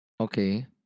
Okay